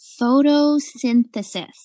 photosynthesis